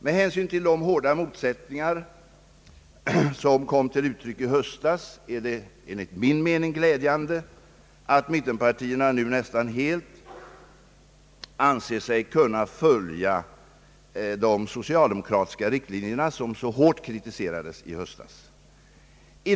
Med hänsyn till de hårda motsättningar som kom till uttryck i höstas är det enligt min mening glädjande, att mittenpartierna nu nästan helt anser sig kunna följa de socialdemokratiska riktlinjerna, som man kritiserade så hårt för ett halvt år sedan.